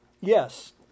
Yes